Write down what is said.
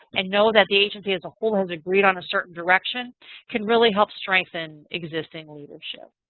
and know that the agency as a whole has agreed on a certain direction can really help strengthen existing leadership.